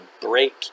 break